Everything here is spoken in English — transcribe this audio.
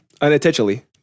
Unintentionally